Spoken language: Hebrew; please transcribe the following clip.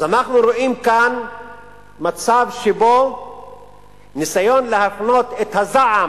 אז אנחנו רואים כאן מצב שבו ניסיון להפנות את הזעם